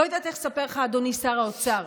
לא יודעת איך לספר לך, אדוני שר האוצר,